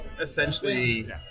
essentially